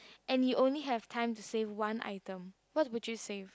and you only have time to save one item what would you save